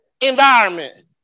Environment